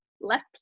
left